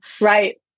Right